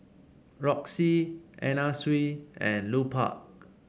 Roxy Anna Sui and Lupark